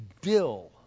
dill